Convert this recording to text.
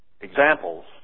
examples